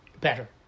Better